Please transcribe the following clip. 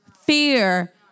fear